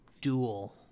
duel